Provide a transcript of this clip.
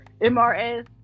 MRS